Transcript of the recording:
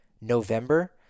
November